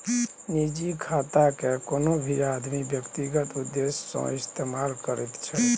निजी खातेकेँ कोनो भी आदमी व्यक्तिगत उद्देश्य सँ इस्तेमाल करैत छै